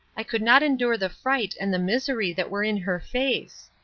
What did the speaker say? i could not endure the fright and the misery that were in her face.